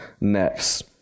next